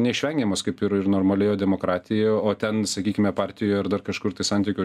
neišvengiamos kaip ir ir normalioje demokratijo o ten sakykime partijoj ar dar kažkur tai santykio